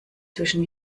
zwischen